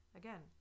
again